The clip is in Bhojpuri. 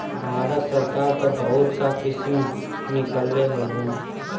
भारत सरकार त बहुत सा स्कीम निकलले हउवन